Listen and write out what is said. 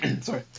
Sorry